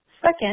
Second